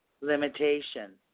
limitation